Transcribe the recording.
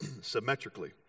symmetrically